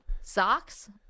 Socks